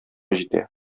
җитә